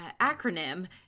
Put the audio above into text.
acronym